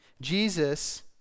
Jesus